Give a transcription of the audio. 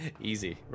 Easy